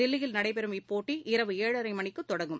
தில்லியில் நடைபெறும் இப்போட்டி இரவு ஏழரை மணிக்கு தொடங்கும்